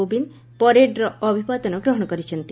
କୋବିନ୍ଦ୍ ପରେଡ୍ର ଅଭିବାଦନ ଗ୍ରହଣ କରିଛନ୍ତି